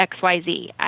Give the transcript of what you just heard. xyz